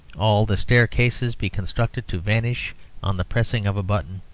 all the staircases be constructed to vanish on the pressing of a button,